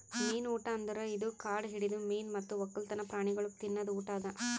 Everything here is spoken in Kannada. ಮೀನು ಊಟ ಅಂದುರ್ ಇದು ಕಾಡು ಹಿಡಿದ ಮೀನು ಮತ್ತ್ ಒಕ್ಕಲ್ತನ ಪ್ರಾಣಿಗೊಳಿಗ್ ತಿನದ್ ಊಟ ಅದಾ